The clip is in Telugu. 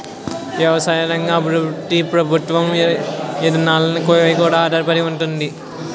ఎవసాయ రంగ అభివృద్ధి ప్రభుత్వ ఇదానాలపై కూడా ఆధారపడి ఉంతాది